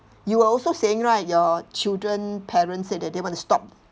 you were also saying right your children parents' said that they wanna stop